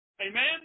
Amen